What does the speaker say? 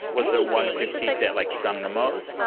was there one critique like that, like, stung the most?